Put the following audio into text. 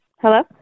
Hello